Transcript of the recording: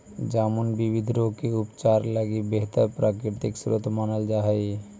जामुन विविध रोग के उपचार लगी बेहतर प्राकृतिक स्रोत मानल जा हइ